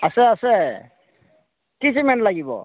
আছে আছে কি চিমেণ্ট লাগিব